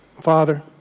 Father